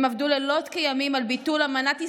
הם עבדו לילות כימים על ביטול אמנת איסטנבול,